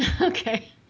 Okay